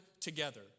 together